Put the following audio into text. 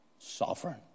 Sovereign